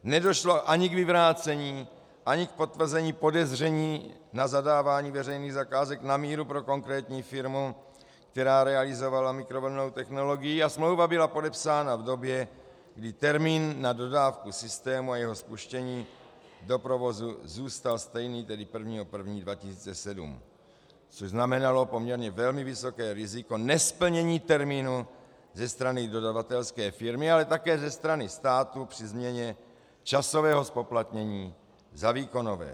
Nedošlo ani k vyvrácení ani k potvrzení podezření na zadávání veřejných zakázek na míru pro konkrétní firmu, která realizovala mikrovlnnou technologii, a smlouva byla podepsána v době, kdy termín na dodávku systému a jeho spuštění do provozu zůstal stejný, tedy 1. 1. 2007, což znamenalo poměrně velmi vysoké riziko nesplnění termínu ze strany dodavatelské firmy, ale také ze strany státu při změně časového zpoplatnění za výkonové.